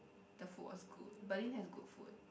the food was good Berlin has good food